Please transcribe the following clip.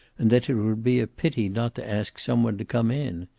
and that it would be a pity not to ask some one to come in.